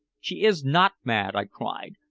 she is not mad, i cried,